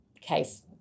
case